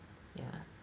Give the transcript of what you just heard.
ya